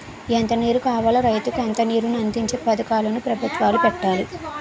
ఎంత నీరు కావాలో రైతుకి అంత నీరుని అందించే పథకాలు ను పెభుత్వాలు పెట్టాయి